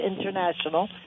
International